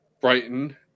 Brighton